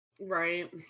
Right